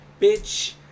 bitch